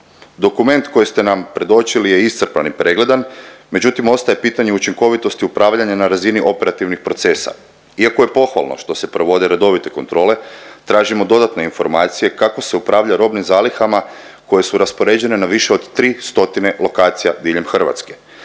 Dokument koji ste nam predočili je iscrpan i pregledan, međutim ostaje pitanje učinkovitosti upravljanja na razini operativnih procesa. Iako je pohvalno što se provode redovite kontrole tražimo dodatne informacije kako se upravlja robnim zalihama koje su raspoređene na više od 3 stotine lokacija diljem Hrvatske,